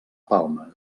palma